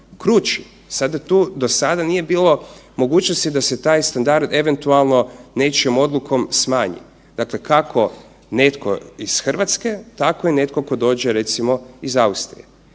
krući. Sada tu, do sada nije bilo mogućnosti da se taj standard eventualno nečijom odlukom smanji. Dakle, kako netko iz Hrvatske, tako i netko tko dođe, recimo iz Austrije.